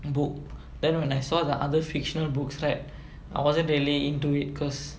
book then when I saw the other fictional books right I wasn't really into it cause